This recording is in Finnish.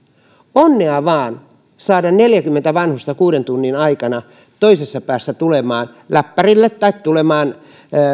onnea vaan siihen että saadaan neljäkymmentä vanhusta kuuden tunnin aikana toisessa päässä tulemaan läppärille tai tulemaan